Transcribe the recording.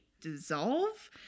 dissolve